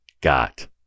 got